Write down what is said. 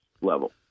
level